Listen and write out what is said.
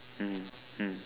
mm mm